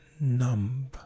numb